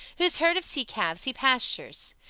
whose herd of sea-calves he pastures.